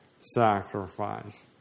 sacrifice